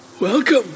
Welcome